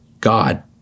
God